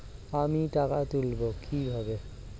আমি টাকা তুলবো কি ভাবে?